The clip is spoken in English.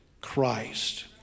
Christ